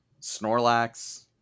Snorlax